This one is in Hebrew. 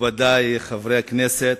מכובדי חברי הכנסת,